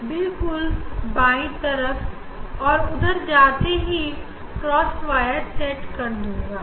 इस के चरम बाई तरफ हमें दूसरी आर्डर मिल रहा है और हम इस अच्छे से देख पा रहे हैं